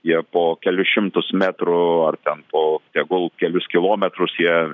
jie po kelis šimtus metrų ar ten po tegul kelis kilometrus jie